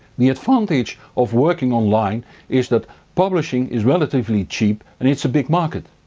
the advantage of working on line is that publishing is relatively cheap and it's a big market.